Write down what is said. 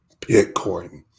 Bitcoin